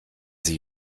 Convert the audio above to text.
sie